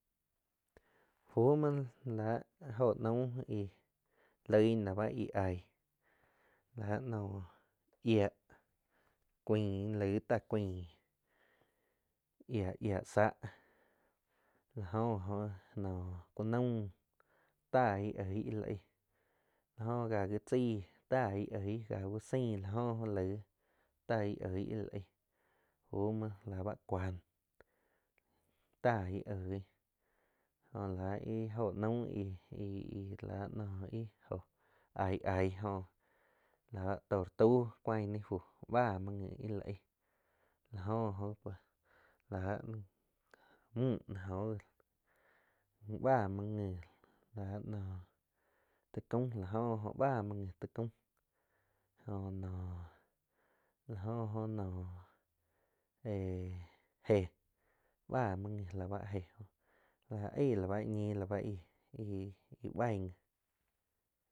Fú muo láh jo naum íh loig na la bá íh aig la noum yiah cuain laig táh cuain yia-yia sáh la oh ji oh ku naum táh íh oig íh la aig láh jo ká ji tzeí táh ih oig ka gi uh zain la jo oh laig ta ih oih ih la aig ffu muo la bá cuáh ta íh oig jo la ih óh naum íh-íh la no jo aij-aij jóh láh báh tortau cian ni fúh báh muoh nji íh la aig la jo ji oh láh mjü noh oh ji bá muoh nji la noh ta caum la jo oh ba muoh nji ta caum jo nóh la jo oh noh éh éhh bah muo ji la bá eig la bá ñi la bá íh-íh baig nji.